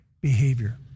behavior